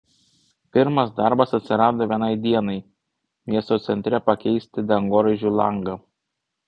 pirmas darbas atsirado vienai dienai miesto centre pakeisti dangoraižiui langą